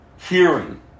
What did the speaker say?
Hearing